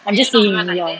I'm just saying ya